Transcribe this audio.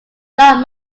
not